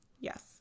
Yes